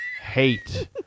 hate